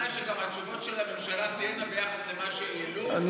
בתנאי שגם התשובות של הממשלה תהיינה ביחס למה שהעלו,